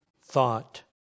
thought